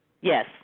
yes